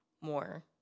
more